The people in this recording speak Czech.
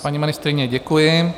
Paní ministryně, děkuji.